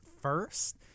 first